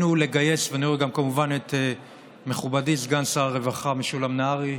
ואני רואה גם כמובן את מכובדי סגן שר הרווחה משולם נהרי,